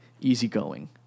easygoing